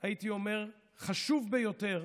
החשוב ביותר,